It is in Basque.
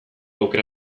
aukera